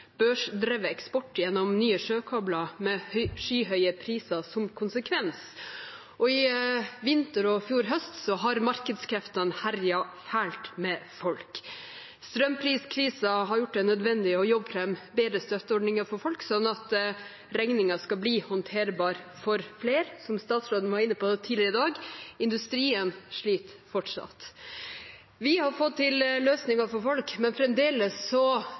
eksport gjennom nye sjøkabler, med skyhøye priser som konsekvens. Og i vinter og fjor høst har markedskreftene herjet fælt med folk. Strømpriskrisen har gjort det nødvendig å jobbe fram bedre støtteordninger for folk, slik at regningen skal bli håndterbar for flere. Som statsråden var inne på tidligere i dag: Industrien sliter fortsatt. Vi har fått til løsninger for folk, men fremdeles